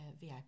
VIP